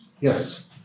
Yes